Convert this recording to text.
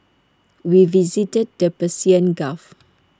we visited the Persian gulf